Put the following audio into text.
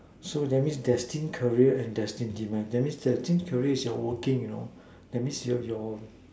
so that mean destine career and destine demise that mean destine career is your working you know that means your your